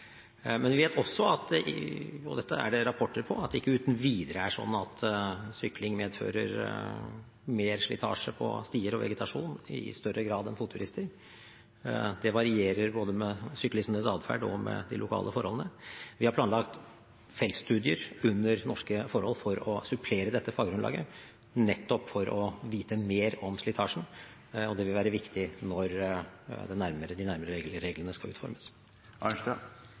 Men vi vet også – og dette er det rapporter på – at det ikke uten videre er slik at sykling medfører større slitasje på stier og vegetasjon enn fotturisme. Det varierer både med syklistenes atferd og med de lokale forholdene. Vi har planlagt feltstudier under norske forhold for å supplere dette faggrunnlaget, nettopp for å få vite mer om slitasjen, og det vil være viktig når de nærmere reglene skal